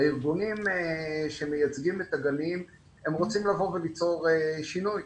הארגונים שמייצגים את הגנים רוצים לבוא וליצור שינוי.